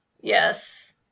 Yes